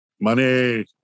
Money